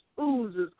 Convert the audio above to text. oozes